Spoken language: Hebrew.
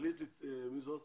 זאת